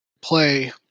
play